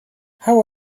how